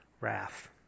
wrath